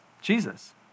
Jesus